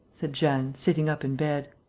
said jeanne, sitting up in bed.